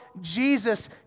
Jesus